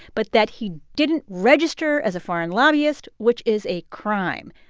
but that he didn't register as a foreign lobbyist, which is a crime.